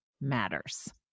matters